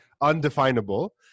undefinable